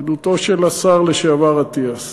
עדותו של השר לעבר אטיאס.